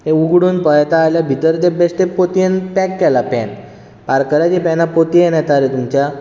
तें उगडून पळयता जाल्यार भितर तें बेश्टें पोतयेन पॅक केलां पॅन पार्कराची पॅनां पोतयेन येता रे तुमच्या